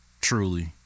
truly